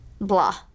blah